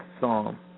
psalm